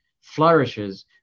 flourishes